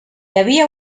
havia